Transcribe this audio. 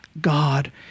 God